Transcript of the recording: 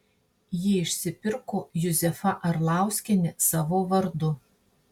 jį išsipirko juzefa arlauskienė savo vardu